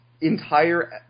entire